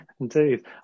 indeed